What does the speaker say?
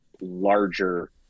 larger